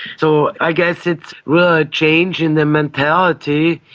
so i guess it's really a change in the mentality.